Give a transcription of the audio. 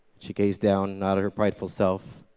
she gazed down, not her prideful self.